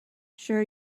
sure